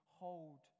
hold